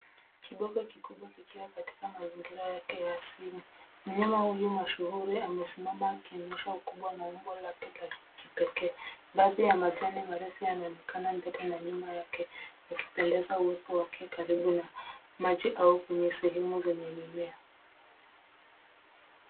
Kiboko kikubwa kikiwa katika mazingira yake ya asili. Mnyama huyu mashuhuri amesimama akinyesha ukubwa na umbo lake la kipekee. Baadhi ya majani marefu yanaonekana mbele na nyuma yake yakipendeza uwepo wake karibu na maji au kwenye sehemu zenye mimea.